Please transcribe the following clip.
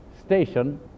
station